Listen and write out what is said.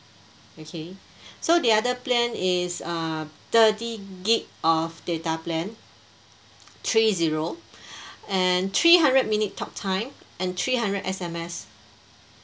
okay so the other plan is err thirty gig of data plan three zero and three hundred minute talk time and three hundred S_M_S